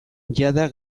jada